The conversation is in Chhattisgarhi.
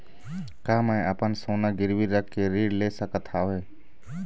का मैं अपन सोना गिरवी रख के ऋण ले सकत हावे?